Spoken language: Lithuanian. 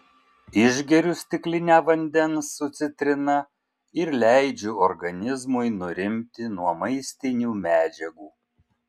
išgeriu stiklinę vandens su citrina ir leidžiu organizmui nurimti nuo maistinių medžiagų